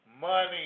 money